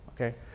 okay